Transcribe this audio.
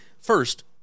first